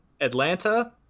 Atlanta